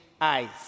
eyes